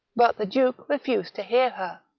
but the duke refused to hear her.